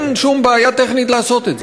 אין שום בעיה טכנית לעשות את זה.